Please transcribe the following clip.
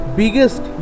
biggest